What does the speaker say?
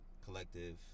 collective